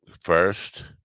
First